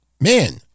man